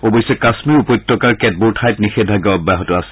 অৱশ্যে কাশ্মীৰ উপত্যকাৰ কেতবোৰ ঠাইত নিষেধাজ্ঞা অব্যাহত আছে